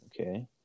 okay